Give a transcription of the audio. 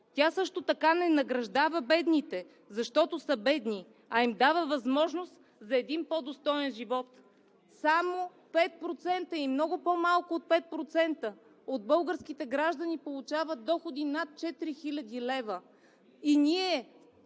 Тя също така не награждава бедните, защото са бедни, а им дава възможност за един по-достоен живот. Само 5% и много по-малко от 5% от българските граждани получават доходи над 4000 лв.,